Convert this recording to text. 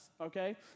okay